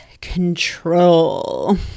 control